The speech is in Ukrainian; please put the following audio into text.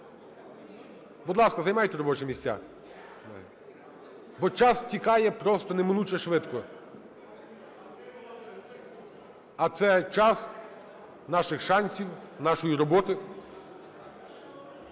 Будь ласка, займайте робочі місця, бо час стікає просто неминуче швидко. А це час наших шансів, нашої роботи.